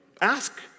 Ask